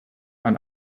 ein